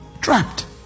trapped